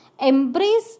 Embrace